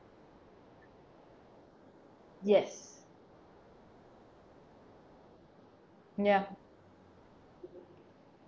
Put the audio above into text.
yes ya